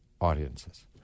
audiences